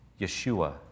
Yeshua